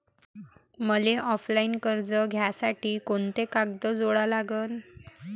मले ऑफलाईन कर्ज घ्यासाठी कोंते कागद जोडा लागन?